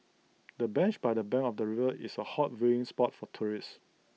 the bench by the bank of the river is A hot viewing spot for tourists